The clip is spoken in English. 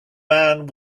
man